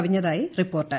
കവിഞ്ഞതായി report